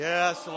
Yes